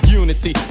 unity